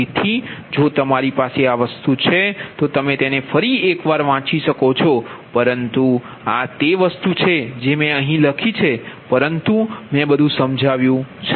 તેથી જો તમારી પાસે આ વસ્તુ છે તો તમે તેને ફરી એકવાર વાંચી શકો છો પરંતુ આ તે વસ્તુ છે જે મેં અહીં લખી છે પરંતુ મેં બધું સમજાવ્યું છે